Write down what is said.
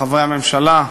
חברי הממשלה,